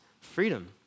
freedom